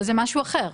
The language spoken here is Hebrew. זה משהו אחר.